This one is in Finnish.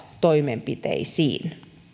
toimenpiteisiin